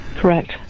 Correct